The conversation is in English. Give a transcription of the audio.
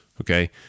okay